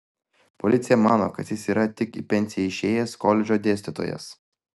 policija mano kad jis yra tik į pensiją išėjęs koledžo dėstytojas